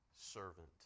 servant